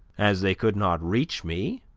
as they could not reach me,